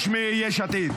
35 בעד, חמישה מתנגדים,